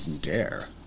dare